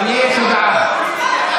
גם לי יש הודעה, בבקשה.